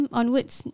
onwards